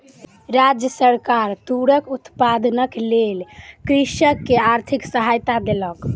राज्य सरकार तूरक उत्पादनक लेल कृषक के आर्थिक सहायता देलक